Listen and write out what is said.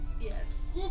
Yes